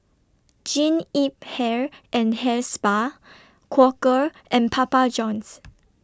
Jean Yip Hair and Hair Spa Quaker and Papa Johns